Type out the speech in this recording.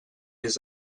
his